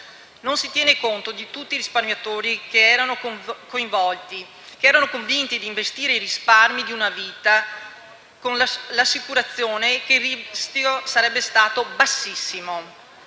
Non si tiene conto di tutti quei risparmiatori che erano convinti di investire i risparmi di una vita, con l'assicurazione che il rischio sarebbe stato bassissimo,